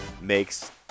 makes